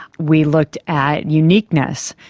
we looked at uniqueness,